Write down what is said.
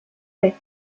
six